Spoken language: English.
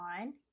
on